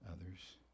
others